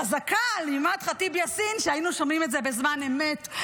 חזקה על אימאן ח'טיב יאסין שהיינו שומעים את זה בזמן אמת,